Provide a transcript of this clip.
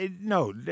No